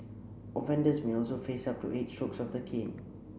offenders may also face up to eight strokes of the cane